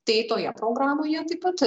tai toje programoje taip pat